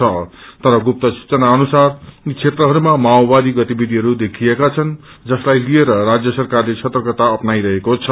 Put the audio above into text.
छ तर गुप्त सूचना अनुसार यी क्षेत्रहरूमा माओवादी गतिविषिहरू देखिएका छन् जसलाई लिएर राज्य सरकारले सर्तकता अप्नाईरहेको छ